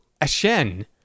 Ashen